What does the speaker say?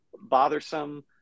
bothersome